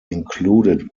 included